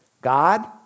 God